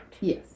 Yes